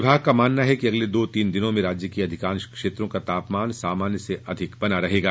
विभाग का मानना है कि अगले दो तीन दिनों में राज्य के अधिकांश क्षेत्रों का तापंमान सामान्य से अधिक बना रहेगा